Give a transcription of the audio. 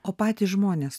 o patys žmonės